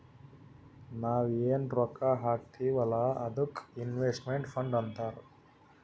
ನಾವ್ ಎನ್ ರೊಕ್ಕಾ ಹಾಕ್ತೀವ್ ಅಲ್ಲಾ ಅದ್ದುಕ್ ಇನ್ವೆಸ್ಟ್ಮೆಂಟ್ ಫಂಡ್ ಅಂತಾರ್